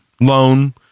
loan